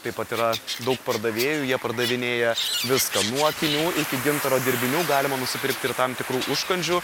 taip pat yra daug pardavėjų jie pardavinėja viską nuo akinių iki gintaro dirbinių galima nusipirkti ir tam tikrų užkandžių